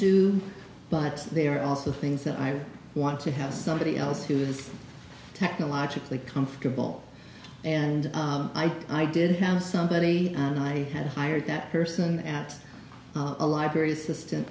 do but they are also things that i want to have somebody else who is technologically comfortable and i did found somebody and i had hired that person at a library assistant